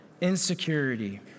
insecurity